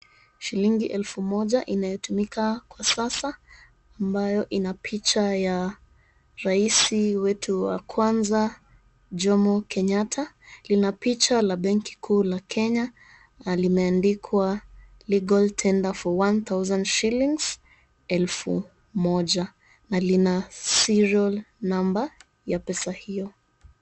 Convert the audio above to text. Shilingi elfu moja inayotumika kwa sasa ambayo ina picha ya rais wetu wa kwanza, Jomo Kenyatta. Lina picha ya benki kuu la Kenya na limeandikwa Legal Tender For One Thousand Shillings, elfu moja, na lina serial number ya pesa hiyo.